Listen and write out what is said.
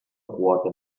quota